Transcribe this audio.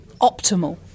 optimal